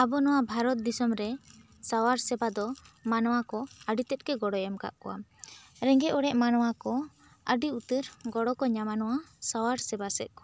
ᱟᱵᱚ ᱱᱚᱣᱟ ᱵᱷᱟᱨᱚᱛ ᱫᱤᱥᱟᱚᱢ ᱨᱮ ᱥᱟᱶᱟᱨ ᱥᱮᱵᱟ ᱫᱚ ᱢᱟᱱᱣᱟ ᱠᱚ ᱟᱹᱰᱤ ᱛᱮᱫ ᱜᱮ ᱜᱚᱲᱚᱭ ᱮᱢ ᱟᱠᱟᱫ ᱠᱚᱣᱟ ᱨᱮᱸᱜᱮᱡ ᱚᱲᱮᱡ ᱢᱟᱱᱣᱟ ᱠᱚ ᱟᱹᱰᱤ ᱩᱛᱟᱹᱨ ᱜᱚᱲᱚ ᱠᱚ ᱧᱟᱢᱟ ᱱᱚᱣᱟ ᱠᱚ ᱥᱟᱶᱛᱟ ᱥᱮᱵᱟᱨ ᱥᱮᱫ ᱠᱷᱚᱱ